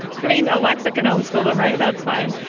i mean, alexa can homeschool them, right? that's fine.